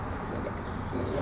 I see I see